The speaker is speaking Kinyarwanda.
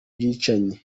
bwicanyi